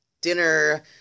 dinner